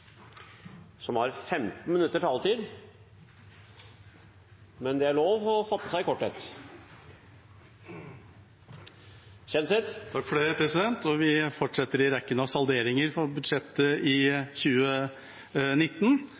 Kjenseth, har 15 minutters taletid, men det er lov å fatte seg i korthet. Vi fortsetter i rekken av salderinger på budsjettet for 2019.